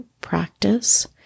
practice